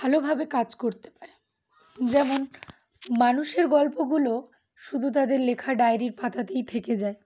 ভালোভাবে কাজ করতে পারে যেমন মানুষের গল্পগুলো শুধু তাদের লেখা ডায়েরির পাতাতেই থেকে যায়